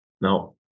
No